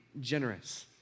generous